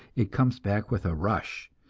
it comes back with a rush,